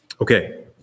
Okay